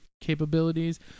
capabilities